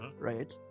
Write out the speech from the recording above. right